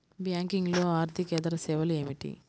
బ్యాంకింగ్లో అర్దికేతర సేవలు ఏమిటీ?